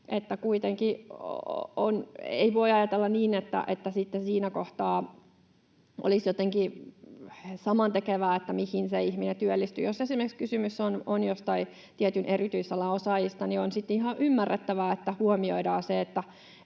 ei voi ajatella niin, että siinä kohtaa olisi jotenkin samantekevää, mihin se ihminen työllistyy. Jos esimerkiksi kysymys on jostain tietyn erityisalan osaajasta, niin on ihan ymmärrettävää, että huomioidaan se,